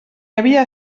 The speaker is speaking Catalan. havia